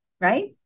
Right